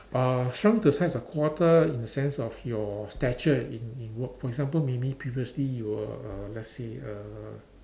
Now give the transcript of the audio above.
uh shrunk to a size of quarter in a sense of your stature in in work for example maybe previously you were uh let's say uh